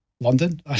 London